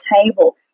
table